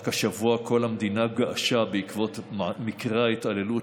רק השבוע כל המדינה געשה בעקבות מקרה ההתעללות